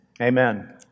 Amen